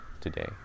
today